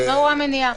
אני לא רואה מניעה.